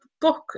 book